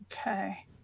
Okay